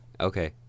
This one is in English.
Okay